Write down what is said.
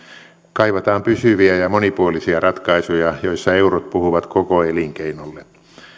kaivataan pysyviä ja monipuolisia ratkaisuja joissa eurot puhuvat koko elinkeinolle